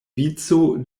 vico